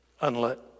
unlit